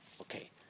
Okay